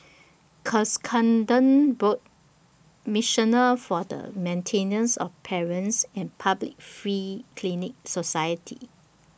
Cuscaden Road missioner For The Maintenance of Parents and Public Free Clinic Society